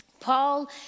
Paul